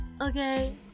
okay